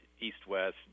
East-West